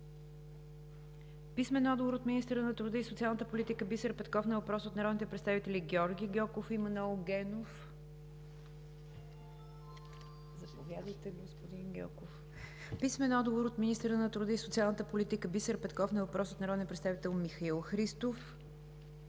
Гьоков; - министъра на труда и социалната политика Бисер Петков на въпрос от народните представители Георги Гьоков и Манол Генов; - министъра на труда и социалната политика Бисер Петков на въпрос от народния представител Михаил Христов;